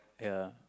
ya